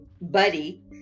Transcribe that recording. buddy